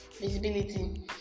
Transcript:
visibility